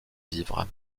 vivre